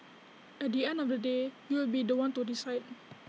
at the end of the day you will be The One to decide